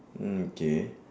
mm okay